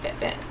Fitbit